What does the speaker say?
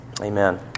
Amen